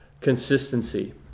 consistency